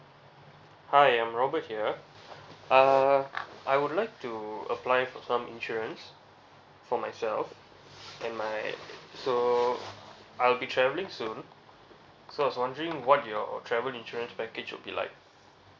hi I'm robert here uh I would like to apply for some insurance for myself and my so I will be travelling soon so I was wondering what your travel insurance package would be like